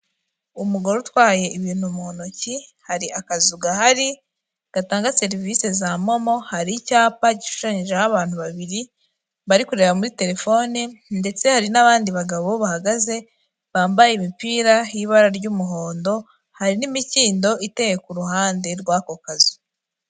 Umugore utwaye ibintu mu ntoki hari akazu gahari gatanga serivisi za momo, hari icyapa gishushanyijeho abantu babiri bari kureba muri telefoni ndetse hari n'abandi bagabo bahagaze bambaye imipira y'ibara ry'umuhondo hari n'imikindo iteye ku ruhande rw'ako kazu.